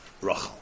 Rachel